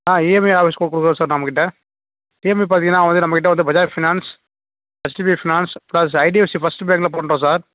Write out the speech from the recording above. ஆ EMI option கொடுக்குறோம் sir நம்மகிட்ட EMI பார்த்திங்கன்னா அவங்க வந்து நம்மகிட்ட வந்து பார்த்தீங்கன்னா Bajaj finance HDFC finance IDFC first பேங்கில் போடுகிறோம் சார்